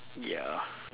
ya